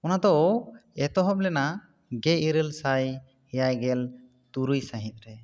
ᱚᱱᱟ ᱫᱚ ᱮᱛᱚᱦᱚᱵ ᱞᱮᱱᱟ ᱜᱮ ᱤᱨᱟᱹᱞ ᱥᱟᱭ ᱮᱭᱟᱭ ᱜᱮᱞ ᱛᱩᱨᱩᱭ ᱥᱟᱹᱦᱤᱛ ᱨᱮ